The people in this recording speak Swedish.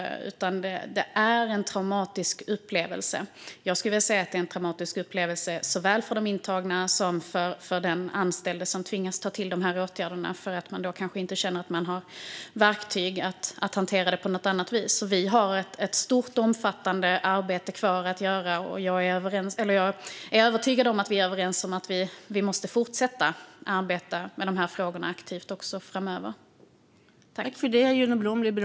Det är en traumatisk upplevelse. Jag tror att det är en traumatisk upplevelse för såväl de intagna som den anställde som tvingas ta till dessa åtgärder för att han eller hon känner att det kanske inte finns verktyg att hantera det hela på något annat vis. Vi har ett omfattande arbete kvar att göra. Jag är övertygad om att vi är överens om att vi måste fortsätta arbeta aktivt med frågorna framöver.